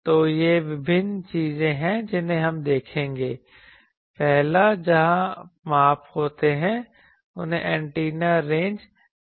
तो ये विभिन्न चीजें हैं जिन्हें हम देखेंगे पहला जहां माप होते हैं उन्हें एंटीना रेंज कहा जाता है